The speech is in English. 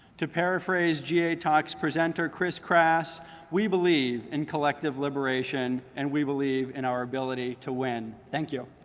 to paraphrase ga talks presenter chris crass we believe in collective liberation, and we believe in our ability to win. thank you!